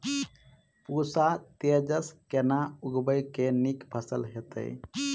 पूसा तेजस केना उगैबे की नीक फसल हेतइ?